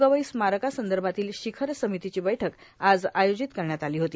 गवई स्मारकासंदर्भातील शिखर समितीची बैठक आज आयोजित करण्यात आली होती